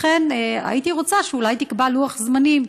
לכן הייתי רוצה שאולי תקבע לוח זמנים,